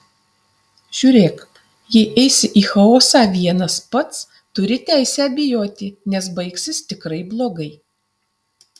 žiūrėk jei eisi į chaosą vienas pats turi teisę bijoti nes baigsis tikrai blogai